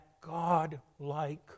God-like